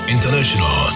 International